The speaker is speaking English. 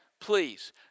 Please